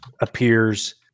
appears